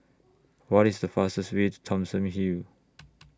What IS The fastest Way to Thomson Hill